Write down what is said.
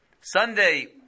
Sunday